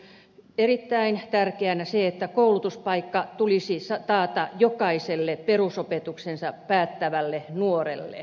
pidän myös erittäin tärkeänä sitä että koulutuspaikka tulisi taata jokaiselle perusopetuksensa päättävälle nuorelle